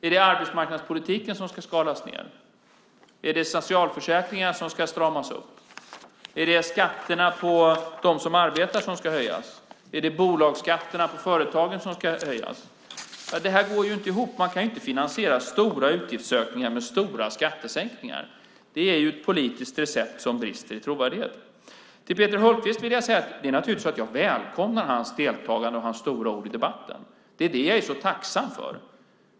Är det arbetsmarknadspolitiken som ska skalas ned? Är det socialförsäkringarna som ska stramas upp? Är det skatterna på dem som arbetar som ska höjas? Är det bolagsskatterna för företagen som ska höjas? Det här går ju inte ihop. Man kan inte finansiera stora utgiftsökningar med stora skattesänkningar. Det är ju ett politiskt recept som brister i trovärdighet. Till Peter Hultqvist vill jag säga att jag naturligtvis välkomnar hans deltagande och hans stora ord i debatten. Det är dem jag är så tacksam för.